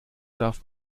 darf